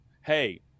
Hey